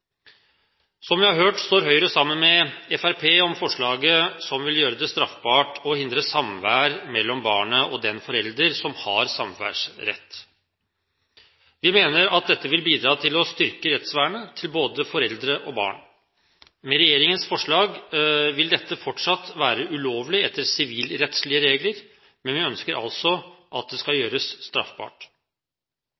Som vi har hørt, står Høyre sammen med Fremskrittspartiet om forslaget som vil gjøre det straffbart å hindre samvær mellom barnet og den forelderen som har samværsrett. Vi mener at dette vil bidra til å styrke rettsvernet til både foreldre og barn. Med regjeringens forslag vil dette fortsatt være ulovlig etter sivilrettslige regler, men vi ønsker altså at det skal